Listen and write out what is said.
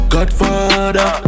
Godfather